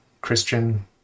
Christian